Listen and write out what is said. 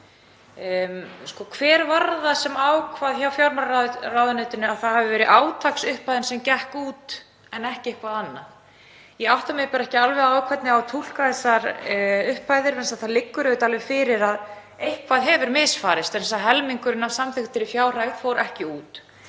Hver var það sem ákvað hjá fjármálaráðuneytinu að það væri átaksupphæðin sem gekk út en ekki eitthvað annað? Ég átta mig ekki alveg á hvernig á að túlka þessar upphæðir. Það liggur auðvitað fyrir að eitthvað hefur misfarist vegna þess að helmingurinn af samþykktri fjárhæð fór ekki út.